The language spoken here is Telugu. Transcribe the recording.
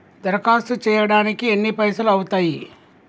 దరఖాస్తు చేయడానికి ఎన్ని పైసలు అవుతయీ?